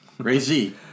Crazy